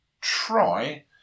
try